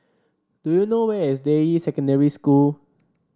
do you know where is Deyi Secondary School